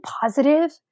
positive